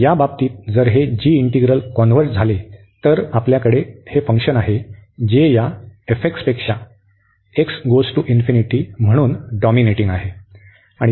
आणि या बाबतीत जर हे g इंटीग्रल कॉन्व्हर्ज झाले तर आपल्याकडे हे फंक्शन आहे जे या पेक्षा म्हणून डॉमिनेटिंग आहे